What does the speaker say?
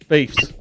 Beefs